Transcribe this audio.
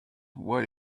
what